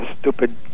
stupid